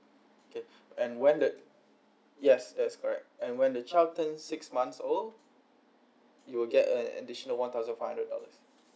okay and when that yes that's correct and when the child turn six months old you will get an additional one thousand five hundred dollars